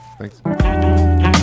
Thanks